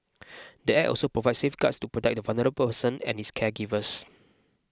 the Act also provides safeguards to protect the vulnerable person and his caregivers